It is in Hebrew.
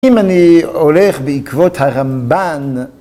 אם אני הולך בעקבות הרמב״ן